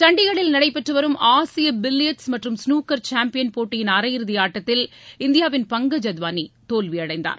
சண்டிகரில் நடைபெற்றுவரும் ஆசிய பில்லியர்ட்ஸ் மற்றும் ஸ்னூக்கர் சாம்பியன் போட்டியின் அரையிறுதி ஆட்டத்தில் இந்தியாவின் பங்கஜ் அத்வானி தோல்வியடைந்தார்